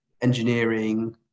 engineering